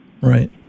right